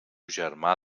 germà